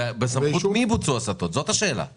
ובסמכות מי בוצעו הסטות?